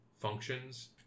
functions